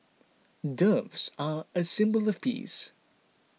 doves are a symbol of the peace